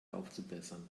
aufzubessern